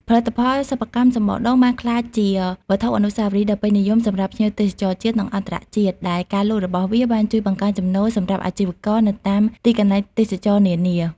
ផលិតផលសិប្បកម្មសំបកដូងបានក្លាយជាវត្ថុអនុស្សាវរីយ៍ដ៏ពេញនិយមសម្រាប់ភ្ញៀវទេសចរណ៍ជាតិ និងអន្តរជាតិ ដែលការលក់របស់វាបានជួយបង្កើនចំណូលសម្រាប់អាជីវករនៅតាមទីកន្លែងទេសចរណ៍នានា។